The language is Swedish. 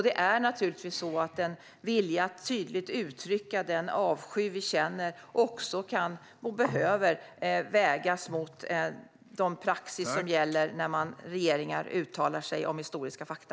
Det är naturligtvis så att viljan att tydligt uttrycka den avsky vi känner också kan - och behöver - vägas mot den praxis som gäller när regeringar uttalar sig om historiska fakta.